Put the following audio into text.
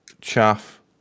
chaff